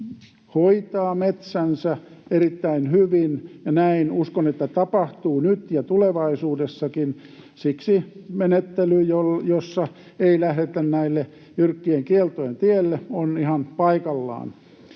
hoitaa metsänsä erittäin hyvin, ja uskon, että näin tapahtuu nyt ja tulevaisuudessakin. Siksi menettely, jossa ei lähdetä näille jyrkkien kieltojen tielle, on ihan paikallaan.